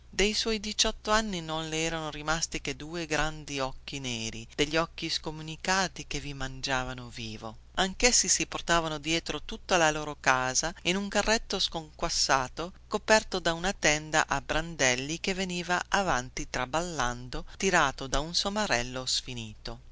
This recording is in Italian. dei suoi diciotto anni non le erano rimasti che due grandi occhi neri degli occhi scomunicati che vi mangiavano vivo anchessi si portavano dietro tutta la loro casa in un carretto sconquassato coperto da una tenda a brandelli che veniva avanti traballando tirato da un somarello sfinito